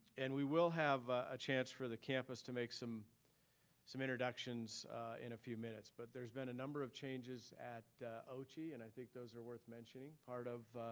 and we will have a chance for the campus to make some some introductions in a few minutes, but there's been a number of changes at oche and i think those are worth mentioning. part of